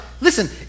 Listen